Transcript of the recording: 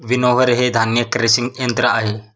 winnower हे धान्य crushing यंत्र आहे